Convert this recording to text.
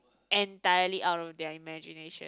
entirely out of their imagination